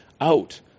out